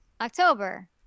October